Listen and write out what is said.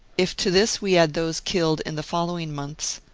if to this we add those killed in the following months,